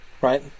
right